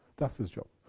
that's its job.